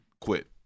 quit